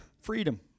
Freedom